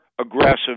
aggressive